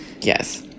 Yes